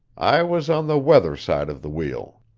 i was on the weather side of the wheel.